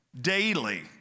daily